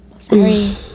Sorry